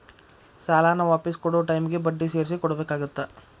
ಸಾಲಾನ ವಾಪಿಸ್ ಕೊಡೊ ಟೈಮಿಗಿ ಬಡ್ಡಿ ಸೇರ್ಸಿ ಕೊಡಬೇಕಾಗತ್ತಾ